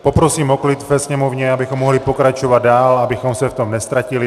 Poprosím o klid ve sněmovně, abychom mohli pokračovat dál a abychom se v tom neztratili.